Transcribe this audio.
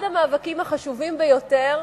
אחד המאבקים החשובים ביותר